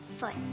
foot